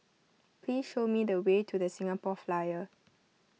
please show me the way to the Singapore Flyer